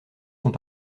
sont